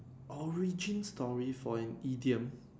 origin story for an idiom